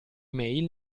email